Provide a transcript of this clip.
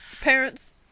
Parents